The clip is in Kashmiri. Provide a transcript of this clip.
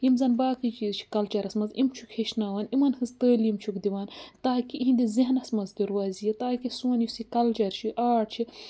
یِم زَن باقٕے چیٖز چھِ کَلچَرَس منٛز یِم چھُکھ ہیٚچھناوان یِمَن ہٕنٛز تعٲلیٖم چھُکھ دِوان تاکہِ یِہنٛدِس ذہنَس منٛز تہِ روزِ یہِ تاکہِ سون یُس یہِ کَلچَر چھُ آٹ چھِ